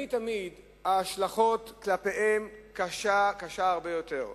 ותמיד תמיד ההשלכות כלפיהם קשות הרבה יותר.